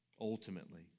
ultimately